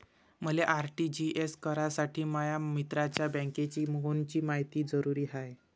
मले आर.टी.जी.एस करासाठी माया मित्राच्या बँकेची कोनची मायती जरुरी हाय?